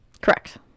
Correct